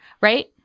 right